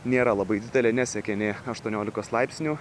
nėra labai didelė nesiekia nė aštuoniolikos laipsnių